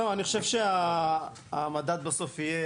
אני חושב שהמדד בסוף יהיה.